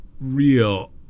real